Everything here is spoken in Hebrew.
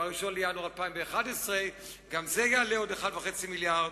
ב-1 בינואר 2011, גם זה יעלה עוד 1.5 מיליארד.